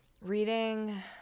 reading